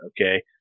Okay